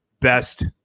best